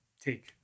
take